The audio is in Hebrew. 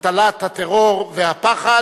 הטלת הטרור והפחד,